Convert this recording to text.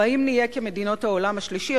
או נהיה כמדינות העולם השלישי?